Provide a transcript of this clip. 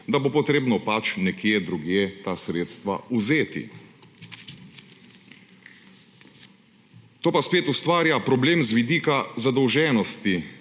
da bo potrebno pač nekje drugje ta sredstva vzeti. To pa spet ustvarja problem z vidika zadolženosti